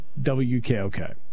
WKOK